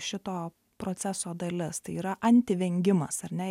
šito proceso dalis tai yra antivengimas ar ne